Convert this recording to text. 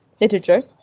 literature